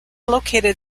located